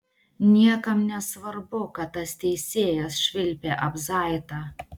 niekam nesvarbu kad tas teisėjas švilpė abzaitą